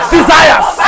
Desires